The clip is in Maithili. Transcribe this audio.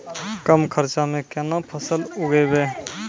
कम खर्चा म केना फसल उगैबै?